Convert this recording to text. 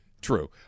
true